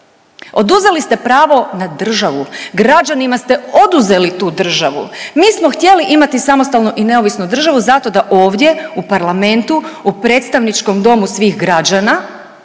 Oduzeli ste pravo na državu, građanima ste oduzeli tu državu. Mi smo htjeli imati samostalnu i neovisnu državu zato da ovdje u Parlamentu u predstavničkom domu svih građana